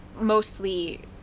mostly